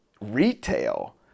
retail